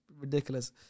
ridiculous